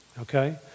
okay